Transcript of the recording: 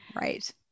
Right